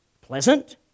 pleasant